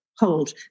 hold